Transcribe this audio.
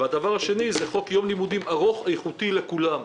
הדבר השני, זה חוק יום לימודים ארוך איכותי לכולם.